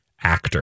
actor